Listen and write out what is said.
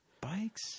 Bikes